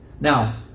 Now